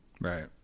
Right